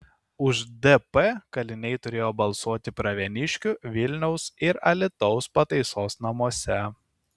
už dp kaliniai turėjo balsuoti pravieniškių vilniaus ir alytaus pataisos namuose